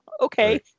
okay